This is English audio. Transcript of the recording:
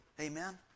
Amen